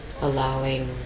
allowing